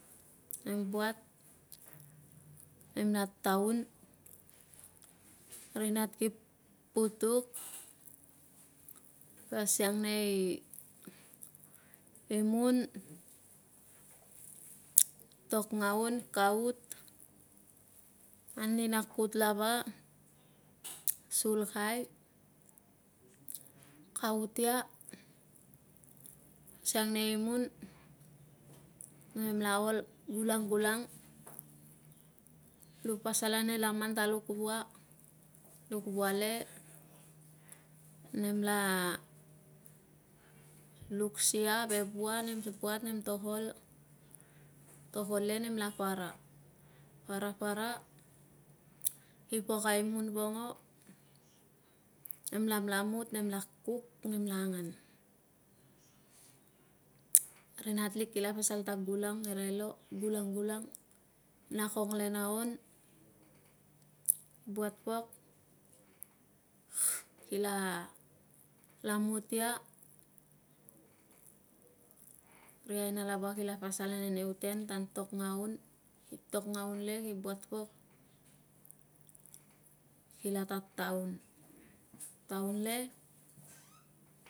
Nem buat nem la taun ri nat ki putuk ki asiang nei imun tok ngaun kaut anina kut lava salkai kaut ia siang nei imun na mem la ol gulang nem pasal ane lamon ta luk vua luk vua lememla luksia ve vuat okol le nem la para parapara ki pok a imun vongo nem lamlamut nem la kuk memla anganrinat lik kila pasal ta gulang ngere lo gulang gulang gulang kiam la kong le na on ki buat pok kila laniut ia ri aina lava kila pasal ane nei u ten tan tok ngaun tok ngaun lei ki buat pok kila tataun taun le nem buat.